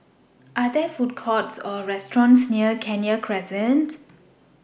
Are There Food Courts Or restaurants near Kenya Crescent